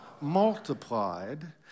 multiplied